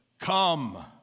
come